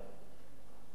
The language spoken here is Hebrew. ואם היא היתה עולה היום,